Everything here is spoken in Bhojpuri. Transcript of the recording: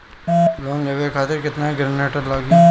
लोन लेवे खातिर केतना ग्रानटर लागी?